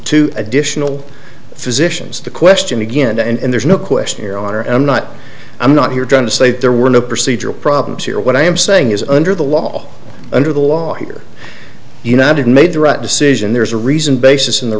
two additional physicians the question again and there's no question your honor i'm not i'm not here trying to say that there were no procedural problems here what i am saying is under the law under the law here united made the right decision there's a reason basis in the